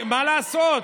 מה לעשות,